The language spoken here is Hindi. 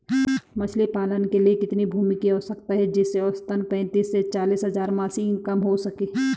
मछली पालन के लिए कितनी भूमि की आवश्यकता है जिससे औसतन पैंतीस से चालीस हज़ार मासिक इनकम हो सके?